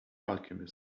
alchemist